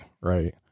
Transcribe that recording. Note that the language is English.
right